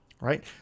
right